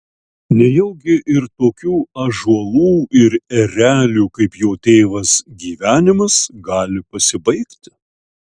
nejaugi ir tokių ąžuolų ir erelių kaip jo tėvas gyvenimas gali pasibaigti